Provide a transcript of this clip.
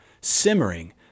simmering